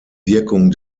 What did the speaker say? wirkung